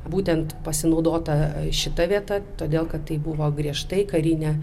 būtent pasinaudota šita vieta todėl kad tai buvo griežtai karinė